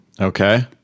Okay